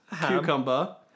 Cucumber